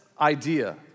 idea